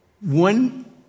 One